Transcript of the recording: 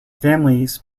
families